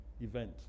event